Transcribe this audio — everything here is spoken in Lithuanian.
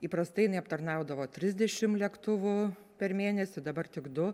įprastai jinai aptarnaudavo trisdešim lėktuvų per mėnesį dabar tik du